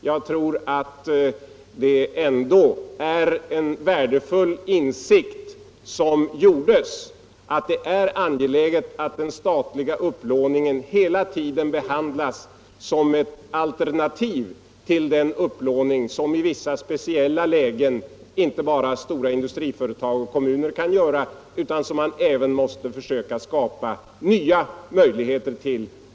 Jag tror ändå att det är värdefullt att inse att det är angeläget att den statliga upplåningen hela tiden behandlas som ett alternativ till den upplåning som i vissa speciella lägen inte bara stora industriföretag och kommuner kan göra utan som man även måste försöka skapa nya möjligheter till.